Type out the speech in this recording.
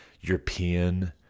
European